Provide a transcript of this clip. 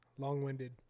Long-winded